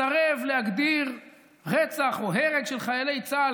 מסרב להגדיר רצח או הרג של חיילי צה"ל